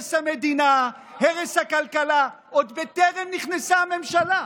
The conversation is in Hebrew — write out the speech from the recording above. הרס המדינה, הרס הכלכלה, עוד בטרם נכנסה הממשלה.